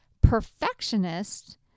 Perfectionists